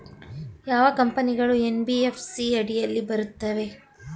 ಯಾವ ಕಂಪನಿಗಳು ಎನ್.ಬಿ.ಎಫ್.ಸಿ ಅಡಿಯಲ್ಲಿ ಬರುತ್ತವೆ?